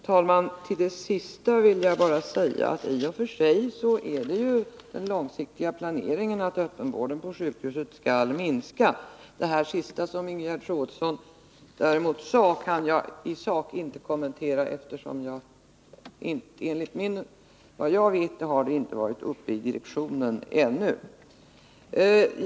Herr talman! Till det sista vill jag bara säga att öppenvården på sjukhuset enligt den långsiktiga planeringen skall minska. Ingegerd Troedssons uppgift om en minskning detta budgetår kan jag däremot inte kommentera i sak — såvitt jag vet har den frågan ännu inte varit uppe i direktionen.